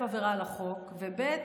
עבירה על החוק, וב.